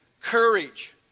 Courage